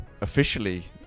officially